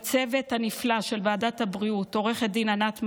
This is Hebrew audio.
לצוות הנפלא של ועדת הבריאות, עו"ד ענת מימון,